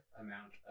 amount